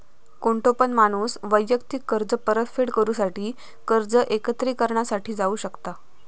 कोणतो पण माणूस वैयक्तिक कर्ज परतफेड करूसाठी कर्ज एकत्रिकरणा साठी जाऊ शकता